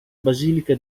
basilica